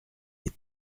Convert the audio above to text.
des